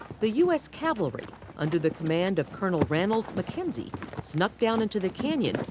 the u s. cavalry under the command of colonel ranald mackenzie snuck down into the canyon,